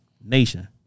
nation